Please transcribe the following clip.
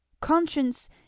conscience